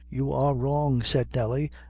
you are wrong, said nelly,